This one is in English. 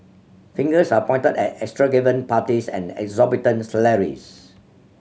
fingers are pointed at parties and exorbitant salaries